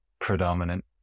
predominant